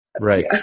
right